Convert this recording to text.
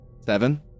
Seven